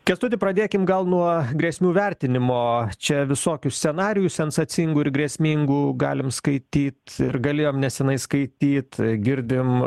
kęstuti pradėkim gal nuo grėsmių vertinimo čia visokių scenarijų sensacingų ir grėsmingų galim skaityt ir galėjom nesenai skaityt girdim